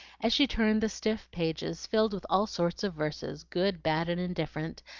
as she turned the stiff pages filled with all sorts of verses, good, bad, and indifferent,